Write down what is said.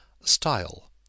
style